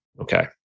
Okay